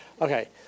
Okay